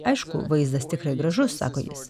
aišku vaizdas tikrai gražus sako jis